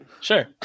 Sure